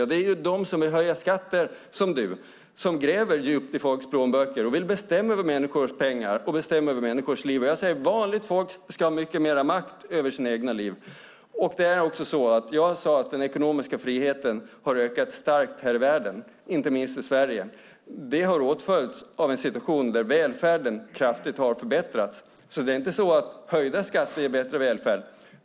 Men det är ju dem som vill höja skatter - som Peter Persson - som gräver djupt i folks plånböcker och vill bestämma över människors pengar och liv. Jag säger att vanligt folk ska ha mycket mer makt över sina egna liv. Jag sade också att den ekonomiska friheten har ökat starkt i världen, inte minst i Sverige. Det har åtföljts av en situation där välfärden kraftigt har förbättrats. Det är alltså inte så att höjda skatter ger bättre välfärd.